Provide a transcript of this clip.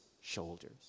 shoulders